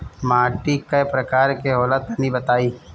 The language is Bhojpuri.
माटी कै प्रकार के होला तनि बताई?